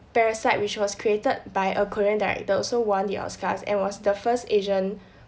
parasite which was created by a korean director also won the oscars and was the first asian